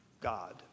God